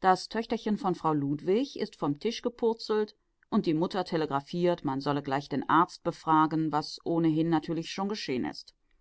das töchterchen von frau ludwig ist vom tisch gepurzelt und die mutter telegraphiert man solle gleich den arzt befragen was ohnehin natürlich schon geschehen ist